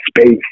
space